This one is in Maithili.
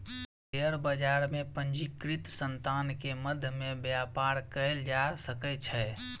शेयर बजार में पंजीकृत संतान के मध्य में व्यापार कयल जा सकै छै